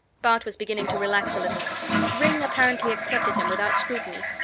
bart was beginning to relax a little ringg apparently accepted him without scrutiny.